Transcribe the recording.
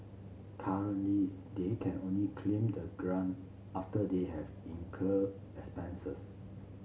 currently they can only claim the grant after they have incurred expenses